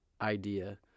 idea